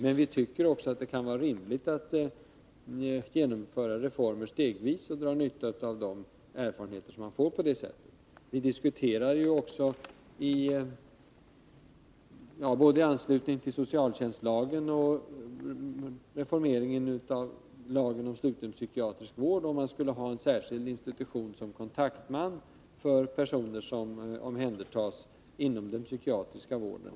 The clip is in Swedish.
Men vi tycker att det kan vara rimligt att genomföra reformer stegvis och dra nytta av de erfarenheter man får på det sättet. Vi diskuterade också, både i anslutning till socialtjänstlagen och lagen om sluten psykiatrisk vård, om man skulle ha en särskild institution som kontaktman för personer som omhändertas inom den psykiatriska vården.